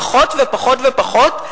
פחות ופחות ופחות,